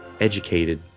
educated